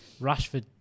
Rashford